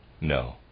No